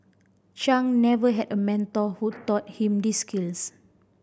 chung never had a mentor who taught him these skills